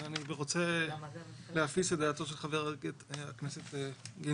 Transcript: אני רוצה להפיס את דעתו של חבר הכנסת גינזבורג.